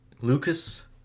Lucas